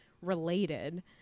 related